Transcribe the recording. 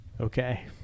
Okay